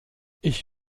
ich